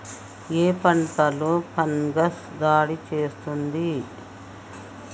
ఏ పంటలో ఫంగస్ దాడి చేస్తుంది?